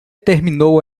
terminou